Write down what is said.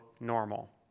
normal